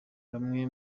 bamwe